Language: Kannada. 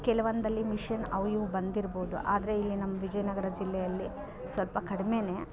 ಕೆಲವೊಂದಲ್ಲಿ ಮಿಷನ್ ಅವ ಇವ ಬಂದಿರ್ಬೋದು ಆದರೆ ಇಲ್ಲಿ ನಮ್ಮ ವಿಜಯನಗರ ಜಿಲ್ಲೆಯಲ್ಲಿ ಸ್ವಲ್ಪ ಕಡಿಮೆಯೇ